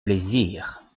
plaisir